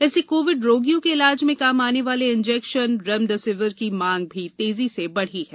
इससे कोविड रोगियों के इलाज में काम आने वाले इंजेक्शन रेमडेसिविर की मांग भी तेजी से बढी है